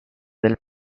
del